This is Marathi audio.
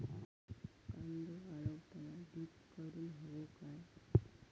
कांदो वाळवताना ढीग करून हवो काय?